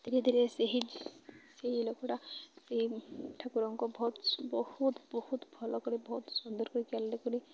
ଧୀରେ ଧୀରେ ସେହି ସେହି ଲୋକଟା ସେଇ ଠାକୁରଙ୍କ ବହୁତ ବହୁତ ବହୁତ ଭଲ କରି ବହୁତ ସୁନ୍ଦର କରି କରି